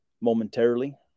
momentarily